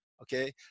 Okay